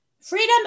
Freedom